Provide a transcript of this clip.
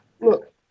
Look